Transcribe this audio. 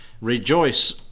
rejoice